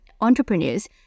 entrepreneurs